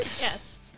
Yes